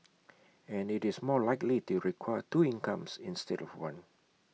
and IT is more likely to require two incomes instead of one